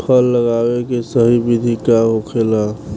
फल लगावे के सही विधि का होखेला?